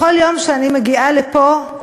בכל יום שאני מגיעה לפה,